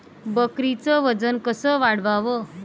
बकरीचं वजन कस वाढवाव?